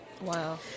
Wow